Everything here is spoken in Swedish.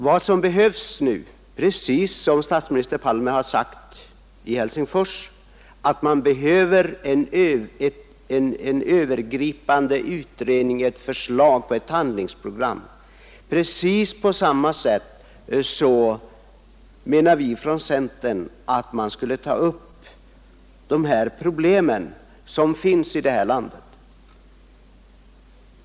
Vad som nu behövs är — precis som statsminister Palme har sagt i Helsingfors — en övergripande utredning och förslag om ett handlingsprogram. Precis på samma sätt menar vi från centern att man skall ta upp de problem som existerar i detta land.